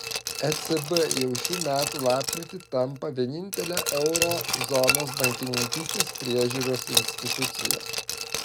ecb jau šių metų lapkritį tampa vienintele euro zonos bankininkystės priežiūros institucija